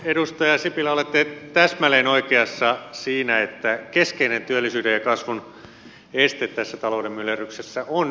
edustaja sipilä olette täsmälleen oikeassa siinä että keskeinen työllisyyden ja kasvun este tässä talouden myllerryksessä on yritysrahoituksen puute